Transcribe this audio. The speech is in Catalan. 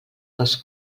pels